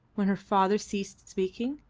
when her father ceased speaking.